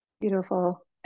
Beautiful